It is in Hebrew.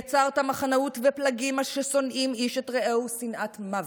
יצרת מחנות ופלגים אשר שונאים איש את רעהו שנאת מוות.